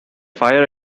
fire